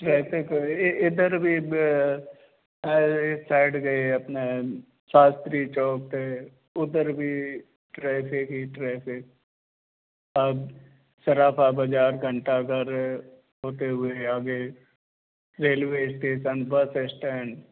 traffic ਇਹ ਇਧਰ ਵੀ ਸਾਈਡ ਗਏ ਆਪਣੇ ਸ਼ਾਸਤਰੀ ਚੋਕ ਤੇ ਉਧਰ ਵੀ ਟ੍ਰੈਫਿਕ ਹੀ ਟ੍ਰੈਫਿਕ ਆ ਸਰਾਫਾ ਬਜਾਰ ਘੰਟਾ ਘਰ ਰੇਲਵੇ ਸਟੇਸ਼ਨ ਬਸ ਸਟੈਂਡ